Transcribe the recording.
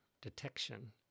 detection